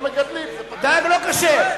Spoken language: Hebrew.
אתה, תקשיב,